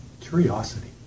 curiosity